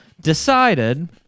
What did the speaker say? decided